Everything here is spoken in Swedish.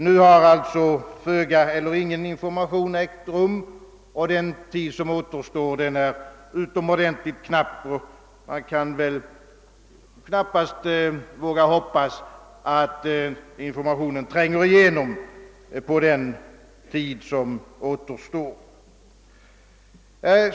Nu har alltså föga eller ingen information lämnats, och den tid som återstår är utomordentligt knapp. Vi kan näppeligen våga hoppas att informationen tränger igenom under den tid som återstår.